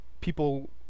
People